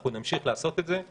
אנחנו נמשיך לעשות את זה.